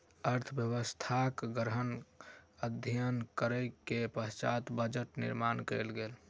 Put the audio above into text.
अर्थव्यवस्थाक गहन अध्ययन करै के पश्चात बजट निर्माण कयल गेल